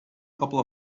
couple